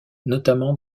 notamment